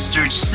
Search